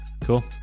cool